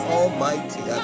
almighty